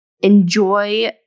enjoy